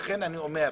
לכן אני אומר,